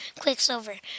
quicksilver